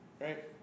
Right